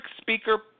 speaker